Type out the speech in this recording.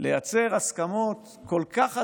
לייצר הסכמות כל כך עדינות,